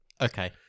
Okay